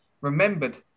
remembered